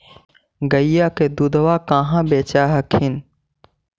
गईया के दूधबा कहा बेच हखिन?